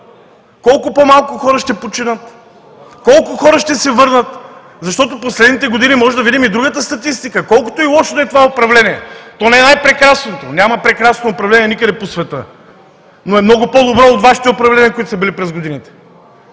Колко по-малко хора ще починат? Колко хора ще се върнат? Защото в последните години можем да видим и другата статистика. Колкото и лошо да е това управление, то не е най-прекрасното, няма прекрасно управление никъде по света, но е много по-добро от Вашите управления, които са били през годините.